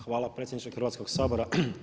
Hvala predsjedniče Hrvatskog sabora.